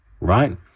right